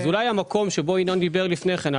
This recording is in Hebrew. אולי המקום שבו ינון דיבר לפני כן,